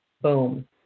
boom